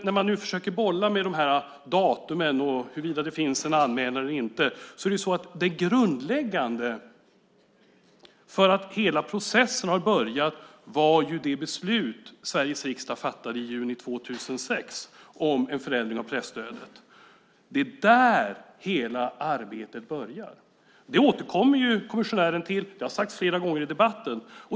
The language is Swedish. När man nu försöker bolla med datumen och huruvida det finns en anmälan eller inte är det grundläggande för att hela processen har påbörjats det beslut som Sveriges riksdag fattade i juni 2006 om en förändring av presstödet. Det är där hela arbetet börjar. Det återkommer kommissionären till, och det har sagts flera gånger i debatten.